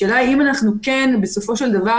השאלה אם אנחנו כן מאפשרים בסופו של דבר,